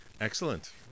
Excellent